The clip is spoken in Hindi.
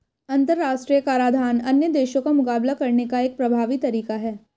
अंतर्राष्ट्रीय कराधान अन्य देशों का मुकाबला करने का एक प्रभावी तरीका है